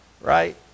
right